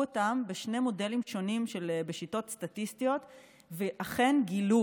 אותם בשני מודלים שונים בשיטות סטטיסטיות ואכן גילו,